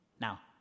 Now